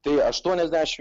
tai aštuoniasdešim